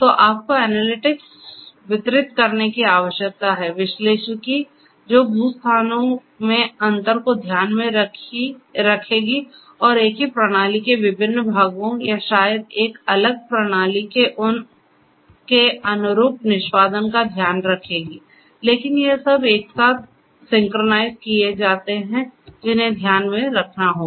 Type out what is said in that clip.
तो आपको एनालिटिक्स वितरित करने की आवश्यकता है विश्लेषिकी जो भू स्थानों में अंतर को ध्यान में रखेगी और एक ही प्रणाली के विभिन्न भागों या शायद एक अलग प्रणाली के उनके अनुरूप निष्पादन का ध्यान रखेगी लेकिन यह सब एक साथ सिंक्रनाइज़ किए जाते हैं जिन्हें ध्यान में रखना होगा